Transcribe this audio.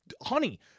Honey